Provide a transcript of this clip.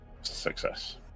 success